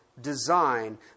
design